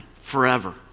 forever